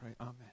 Amen